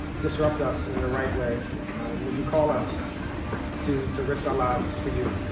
disrupt us in the right way and would you call us to to risk our lives for you.